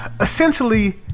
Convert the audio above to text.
essentially